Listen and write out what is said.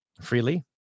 freely